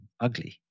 ugly